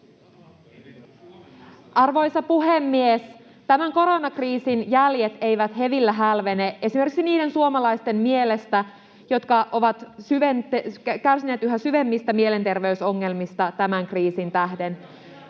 Arvoisa puhemies! Tämän koronakriisin jäljet eivät hevillä hälvene esimerkiksi niiden suomalaisten mielestä, jotka ovat kärsineet yhä syvemmistä mielenterveysongelmista tämän kriisin tähden.